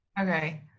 Okay